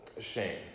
shame